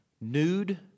nude